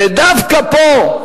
ודווקא פה,